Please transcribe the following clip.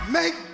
make